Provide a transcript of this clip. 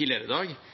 tidligere i dag.